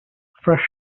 fresh